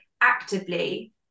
actively